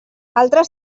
altres